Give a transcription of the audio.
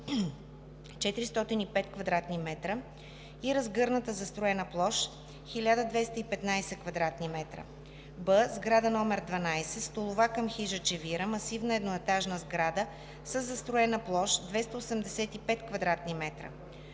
405 кв. м и разгъната застроена площ 1215 кв. м; б) сграда № 12 - столова към хижа "Чевира“ – масивна едноетажна сграда със застроена площ 285 кв.